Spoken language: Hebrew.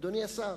אדוני השר,